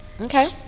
Okay